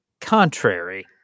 contrary